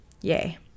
Yay